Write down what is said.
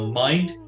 mind